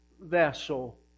vessel